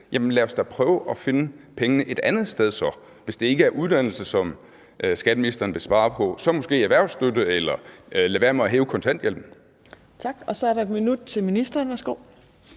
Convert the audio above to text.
lad os da prøve at finde pengene et andet sted. Hvis det ikke er uddannelse, som skatteministeren vil spare på, kan det måske være erhvervsstøtten eller at lade være med at hæve kontanthjælpen. Kl. 15:35 Fjerde næstformand (Trine Torp):